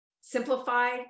simplified